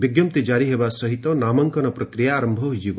ବିଜ୍ଞପ୍ତି ଜାରି ହେବା ସହିତ ନାମାଙ୍କନ ପ୍ରକ୍ରିୟା ଆରମ୍ଭ ହୋଇଯିବ